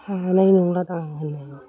हानाय नंलादां आं होन्नो